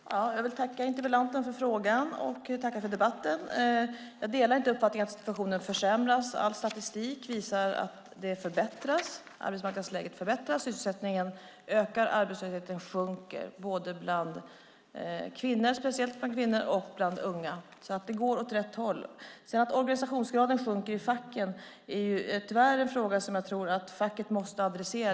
Herr talman! Jag vill tacka interpellanten för frågan och tacka för debatten. Jag delar inte uppfattningen att situationen försämras. All statistik visar att arbetsmarknadsläget förbättras. Sysselsättningen ökar och arbetslösheten sjunker, speciellt bland kvinnor och bland unga, så det går åt rätt håll. Att organisationsgraden sjunker i facken är tyvärr en fråga som jag tror att facken måste adressera.